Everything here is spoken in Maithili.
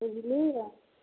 बुझलिए